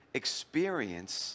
experience